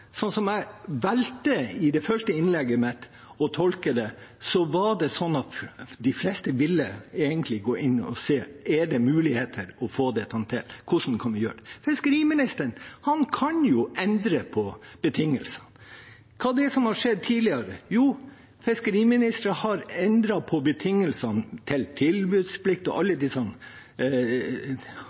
sånn som jeg valgte å tolke det i det første innlegget mitt – det var sånn at de fleste egentlig ville gå inn og se om det er muligheter til å få til dette. Hvordan kan vi gjøre det? Fiskeriministeren kan endre på betingelsene. Hva er det som har skjedd tidligere? Fiskeriministere har endret på betingelsene for tilbudsplikt og alle disse